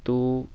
تو